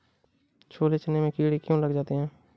छोले चने में कीड़े क्यो लग जाते हैं?